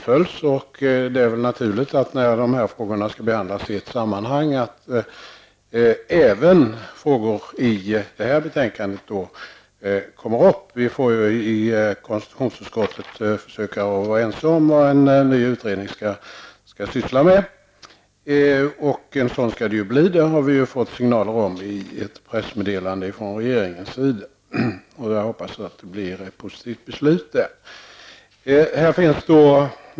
När de frågor som behandlades i förra veckans betänkande skall tas upp i utskottet, är det naturligt att även de nu aktuella frågorna kommer upp. Vi får i konstitutionsutskottet försöka bli ense om vad en ny utredning skall syssla med. Att det skall bli en utredning har vi fått signaler om i ett pressmeddelande från regeringen. Jag hoppas att det blir ett positivt beslut om en utredning.